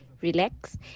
relax